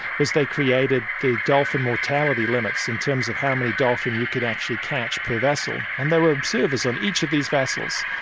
was they created the dolphin mortality limits, in terms of how many dolphin you could actually catch per vessel. and there were observers on each of these vessels,